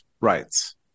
rights